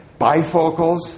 bifocals